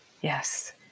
yes